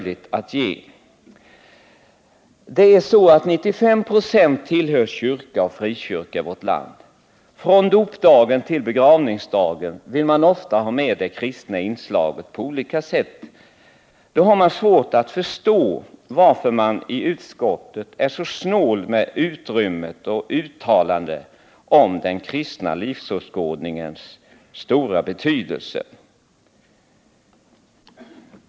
95 96 av människorna i vårt land tillhör statskyrkan eller olika frikyrkor. Från dopdagen till begravningsdagen vill man ofta på olika sätt ha med det kristna inslaget. Därför är det svårt att förstå varför man i utskottet är så snål med utrymmet och med sina uttalanden när det gäller den kristna livsåskådningens stora betydelse.